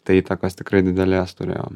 tai įtakos tikrai didelės turėjo